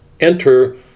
enter